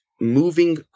Moving